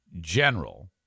general